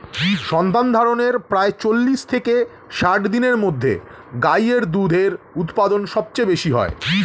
সন্তানধারণের প্রায় চল্লিশ থেকে ষাট দিনের মধ্যে গাই এর দুধের উৎপাদন সবচেয়ে বেশী হয়